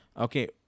Okay